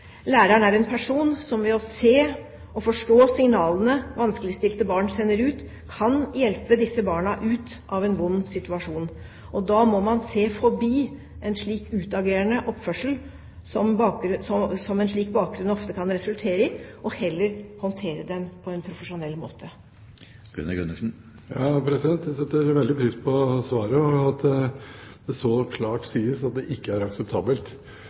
Læreren er en person som ved å se og forstå signalene vanskeligstilte barn sender ut, kan hjelpe disse barna ut av en vond situasjon. Da må man se forbi en slik utagerende oppførsel som en slik bakgrunn ofte kan resultere i, og heller håndtere den på en profesjonell måte. Jeg setter veldig pris på svaret, og at det så klart sies at det ikke er akseptabelt